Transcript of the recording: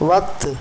وقت